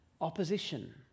opposition